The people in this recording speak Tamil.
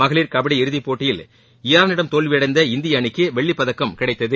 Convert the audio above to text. மகளிர் கபடி இறுதிப்போட்டியில் ஈரானிடம் தோல்வியடைந்த இந்திய அணிக்கு வெள்ளிப் பதக்கம் கிடைத்தது